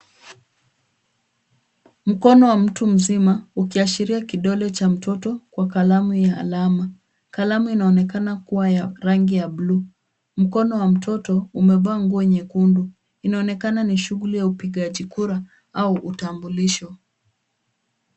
Mkono wa mtu mzima ukiashiria kidole cha mtoto kwa kalamu ya alama. Kalamu inaonekana kuwa ya rangi ya buluu. Mkono wa mtoto umevaa nguo nyekundu. Inaonekana ni shughuli ya upigaji kura au utambulisho.